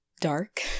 dark